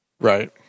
right